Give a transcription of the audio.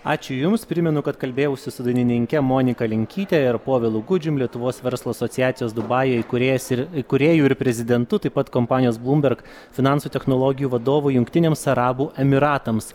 ačiū jums primenu kad kalbėjausi su dainininke monika linkyte ir povilu gudžium lietuvos verslo asociacijos dubajuje kūrėjas ir kūrėju ir prezidentu taip pat kompanijos blūmber finansų technologijų vadovu jungtiniams arabų emiratams